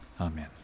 Amen